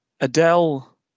Adele